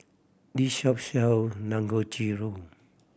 this shop sell Dangojiru